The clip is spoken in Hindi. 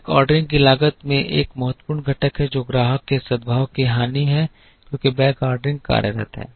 बैकऑर्डरिंग की लागत में एक महत्वपूर्ण घटक है जो ग्राहक के सद्भाव की हानि है क्योंकि बैकऑर्डरिंग कार्यरत है